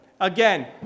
Again